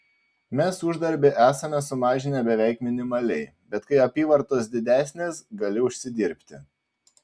mes uždarbį esame sumažinę beveik minimaliai bet kai apyvartos didesnės gali užsidirbti